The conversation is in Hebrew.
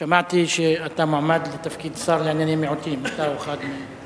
שמעתי שאתה מועמד לתפקיד שר לענייני מיעוטים אחרי